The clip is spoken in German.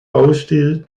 baustil